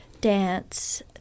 dance